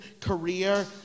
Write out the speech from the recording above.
career